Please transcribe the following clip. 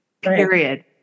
period